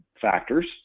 factors